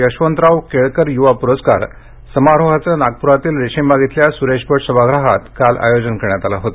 यशवंतराव केळकर युवा प्रस्कारर समारोहाचे नागप्रातील रेशीमबाग इथल्या सुरेश भट सभागृहात काल आयोजना करण्यात आलं होते